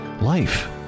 life